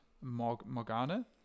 Morgana